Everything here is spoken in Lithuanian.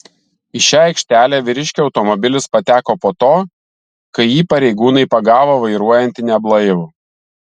į šią aikštelę vyriškio automobilis pateko po to kai jį pareigūnai pagavo vairuojantį neblaivų